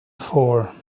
for